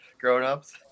grown-ups